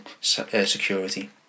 security